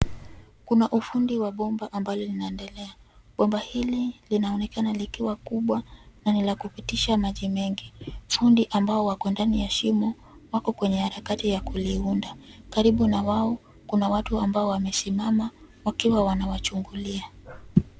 Kuna ufundi wa bomba ambalo linaendelea. Bomba hili linaonekana likiwa kubwa na ni la kupitisha maji mengi. Fundi ambao wako ndani ya shimo wako kwenye harakati ya kuliunda. Karibu na wao kuna watu ambao wamesimama wakiwa wanawachungulia.